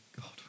God